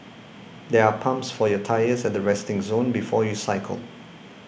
there are pumps for your tyres at the resting zone before you cycle